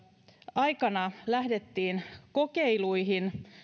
aikana lähdettiin kokeiluihin